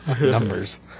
Numbers